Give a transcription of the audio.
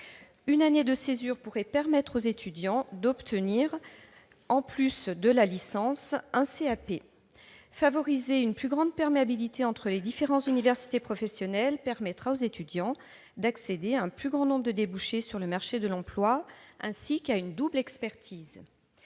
Une année de césure permettrait aux étudiants d'obtenir, en plus de la licence, un CAP. Favoriser une plus grande perméabilité entre les différents univers professionnels permettra aux étudiants d'accéder à un plus grand nombre de débouchés sur le marché de l'emploi ainsi qu'à une double expertise.